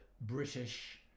British